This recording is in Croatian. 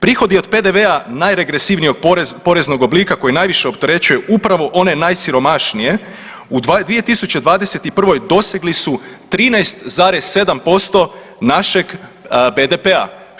Prihodi od PDV-a najregresivnijeg poreznog oblika, koji najviše opterećuje upravo one najsiromašnije, u 2021. dosegli su 13,7% našeg BDP-a.